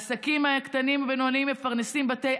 העסקים הקטנים והבינוניים מפרנסים בתי